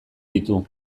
ditu